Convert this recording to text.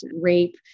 rape